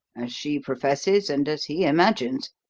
as she professes and as he imagines